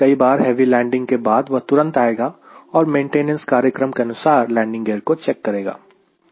कई बार heavy landing के बाद वह तुरंत आएगा और मेंटेनेंस कार्यक्रम के अनुसार लैंडिंग गियर को चेक करेगा